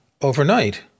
overnight